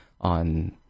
on